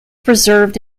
preserved